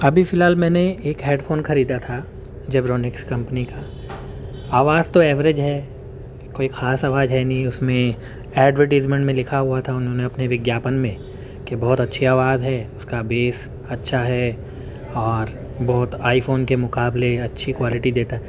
ابھی فی الحال میں نے ایک ہیڈ فون خریدا تھا جبرونکس کمپنی کا آواز تو ایوریج ہے کوئی خاص آواز ہے نہیں اس میں ایڈورٹیزمنٹ میں لکھا ہوا تھا انہوں نے اپنے وگیاپن میں کہ بہت اچھی آواز ہے اس کا بیس اچھا ہے اور بہت آئی فون کے مقابلہ اچھی کوالٹی دیتا